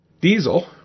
diesel